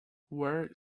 were